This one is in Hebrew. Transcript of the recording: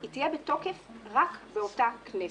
היא תהיה בתוקף רק באותה כנסת.